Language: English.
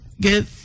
get